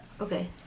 Okay